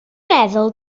meddwl